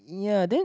ya then